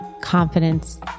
confidence